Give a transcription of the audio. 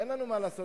אין לנו מה לעשות.